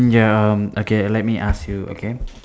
ya um okay let me ask you okay